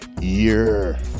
year